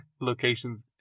locations